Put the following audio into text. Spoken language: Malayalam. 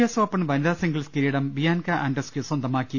എസ് ഓപ്പൺ വനിതാ സിംഗിൾസ് കിരീടം ബിയാൻക ആൻഡ്രസ്ക്യു സ്വന്തമാക്കി